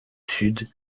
sud